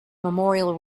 memorial